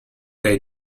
day